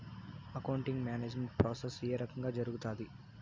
accounting management process ఏ రకంగా జరుగుతాది